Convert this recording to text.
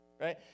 right